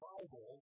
Bible